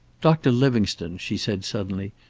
doctor livingstone, she said suddenly,